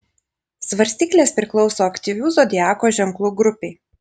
svarstyklės priklauso aktyvių zodiako ženklų grupei